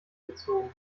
gezogen